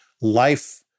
life